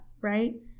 right